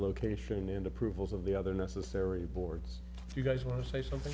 location and approvals of the other necessary boards if you guys want to say something